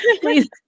Please